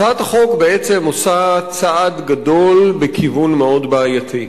הצעת החוק בעצם עושה צעד גדול בכיוון מאוד בעייתי.